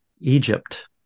Egypt